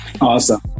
Awesome